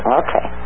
okay